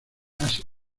asia